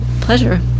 pleasure